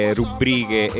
rubriche